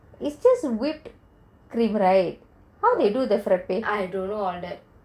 it's just whipped cream right how they do the frappe